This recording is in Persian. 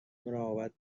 مراقبت